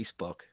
Facebook